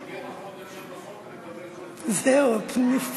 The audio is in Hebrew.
ההצעה להעביר את הצעת חוק החזקת מזרקי אפינפרין במקומות